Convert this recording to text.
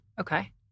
Okay